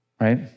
right